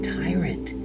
tyrant